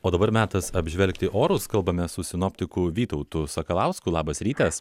o dabar metas apžvelgti orus kalbame su sinoptikų vytautu sakalausku labas rytas